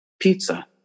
Pizza